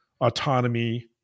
autonomy